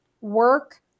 work